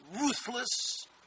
ruthless